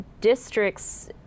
districts